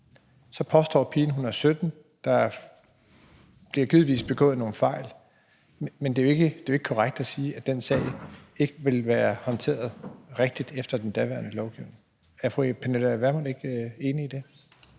er 17 år, og der bliver givetvis begået nogle fejl, men det er jo ikke korrekt at sige, at den sag ikke ville være blevet håndteret rigtigt efter den daværende lovgivning. Er fru Pernille Vermund ikke enig i det?